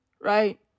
Right